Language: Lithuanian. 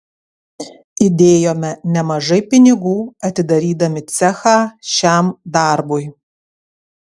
įdėjome nemažai pinigų atidarydami cechą šiam darbui